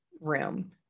room